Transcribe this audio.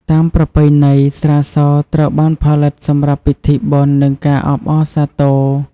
តាមប្រពៃណី ស្រាសត្រូវបានផលិតសម្រាប់ពិធីបុណ្យ និងការអបអរសាទរ។